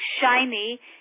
shiny